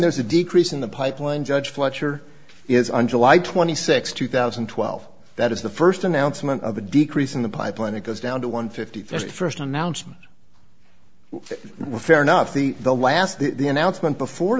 there's a decrease in the pipeline judge fletcher is on july twenty sixth two thousand and twelve that is the first announcement of a decrease in the pipeline it goes down to one fifty fifty first announced fair enough the last the announcement before